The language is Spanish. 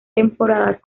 temporadas